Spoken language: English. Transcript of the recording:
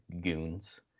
goons